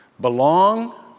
belong